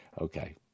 Okay